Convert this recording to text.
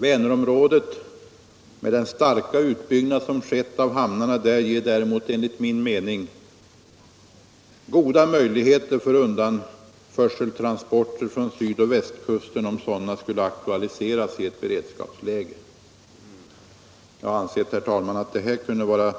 Vänerområdet med den starka utbyggnad som skett av hamnarna där ger däremot enligt min mening goda möjligheter för undanförseltransporter från sydoch östkusten, om sådana skulle aktualiseras i ett beredskapsläge. Jag har ansett, herr talman, att detta kunde vara